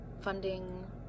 funding